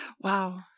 Wow